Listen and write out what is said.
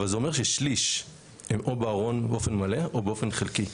אבל זה אומר ששליש הם או בארון באופן מלא או באופן חלקי,